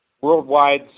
Worldwide